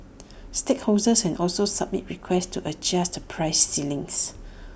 stallholders can also submit requests to adjust the price ceilings